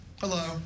Hello